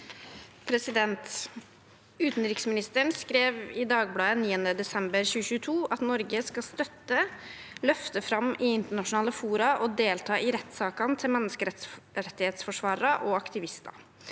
«Utenriksministeren skrev i Dagbladet 9. desember 2022 at Norge skal støtte, løfte fram i internasjonale fora og delta i rettssakene til menneskerettighetsforsvarere og aktivister.